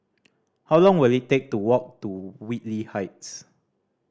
how long will it take to walk to Whitley Heights